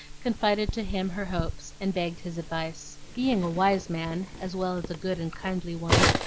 confided to him her hopes and begged his advice. being a wise man as well as a good and kindly one,